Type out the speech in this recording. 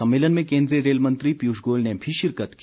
सम्मेलन में कोन्द्रीय रेल मंत्री पीयूष गोयल ने भी शिरकत की